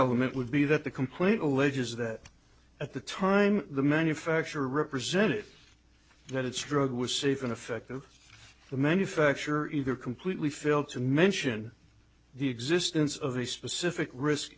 element would be that the complaint alleges that at the time the manufacturer represented that its drug was safe and effective the manufacturer either completely failed to mention the existence of the specific risk